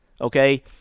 okay